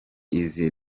izi